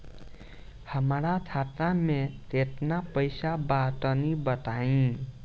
हमरा खाता मे केतना पईसा बा तनि बताईं?